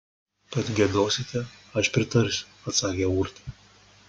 kad giedosite aš pritarsiu atsakė urtė